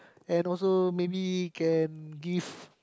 and also maybe can give